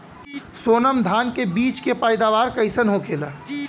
सोनम धान के बिज के पैदावार कइसन होखेला?